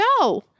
No